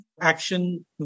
action